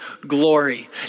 glory